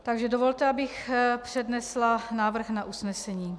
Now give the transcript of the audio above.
Takže dovolte, abych přednesla návrh na usnesení.